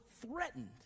threatened